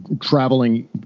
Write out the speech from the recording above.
traveling